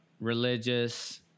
religious